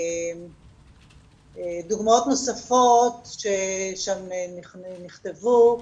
דוגמאות נוספות שנכתבו שם,